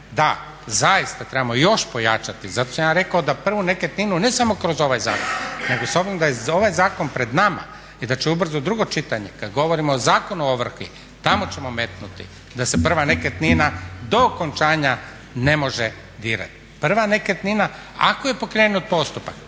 da zaista trebamo još pojačati, zato sam ja rekao da prvu nekretninu ne samo kroz ovaj zakon nego s obzirom da je ovaj zakon pred nama i da će ubrzo drugo čitanje, kad govorimo o Zakonu o ovrsi tamo ćemo metnuti da se prva nekretnina do okončanja ne može dirati. Prva nekretnina, ako je pokrenut postupak.